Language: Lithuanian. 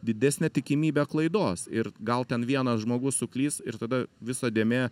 didesnė tikimybė klaidos ir gal ten vienas žmogus suklys ir tada visa dėmė